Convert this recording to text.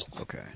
okay